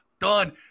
done